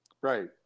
Right